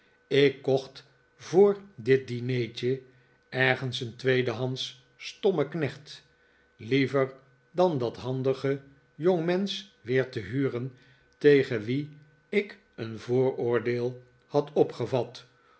ik kocht voor dit dinertje ergens een tweedehandsch stommeknecht liever dan dat handige jongmensch weer te huren tegen wien ik een vooroordeel had opgevat